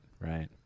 right